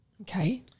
okay